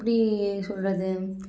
எப்படி சொல்கிறது